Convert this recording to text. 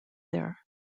there